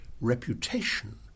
reputation